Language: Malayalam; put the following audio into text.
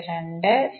152 0